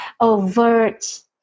overt